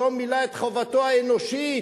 לא מילא את חובתו האנושית,